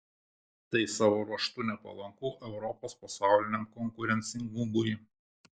tai savo ruožtu nepalanku europos pasauliniam konkurencingumui